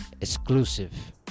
Exclusive